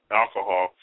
alcohol